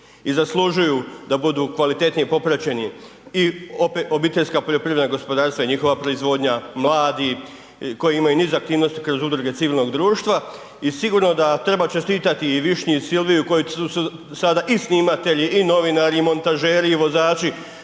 i zaslužuju da budu kvalitetnije popraćeni i OPG-ovi i njihova proizvodnja, mladi koji imaju niz aktivnosti kroz udruge civilnog društva i sigurno da treba čestitati i Višnji i Silviji koje su se sada, i snimatelji i novinari i montažeri i vozači,